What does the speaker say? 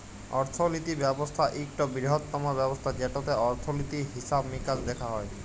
অর্থলিতি ব্যবস্থা ইকট বিরহত্তম ব্যবস্থা যেটতে অর্থলিতি, হিসাব মিকাস দ্যাখা হয়